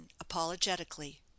apologetically